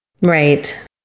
Right